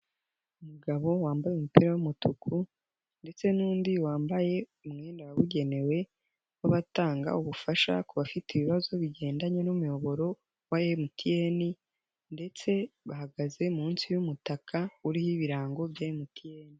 Umugabo wambaye umupira w'umutuku ndetse n'undi wambaye umwenda wabugenewe w'abatanga ubufasha ku bafite ibibazo bigendanye n'umuyoboro wa MTN ndetse bahagaze munsi y'umutaka uriho ibirango bya MTN.